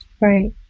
Right